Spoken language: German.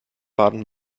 baden